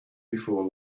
before